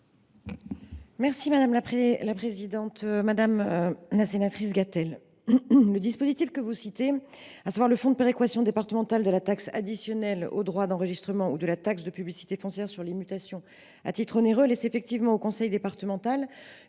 est à Mme la secrétaire d’État. Madame la sénatrice Gatel, le dispositif que vous citez, à savoir le fonds départemental de péréquation de la taxe additionnelle aux droits d’enregistrement ou à la taxe de publicité sur les mutations à titre onéreux, laisse effectivement au conseil départemental